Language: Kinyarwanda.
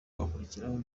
hagakurikiraho